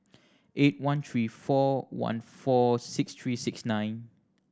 eight one three four one four six three six nine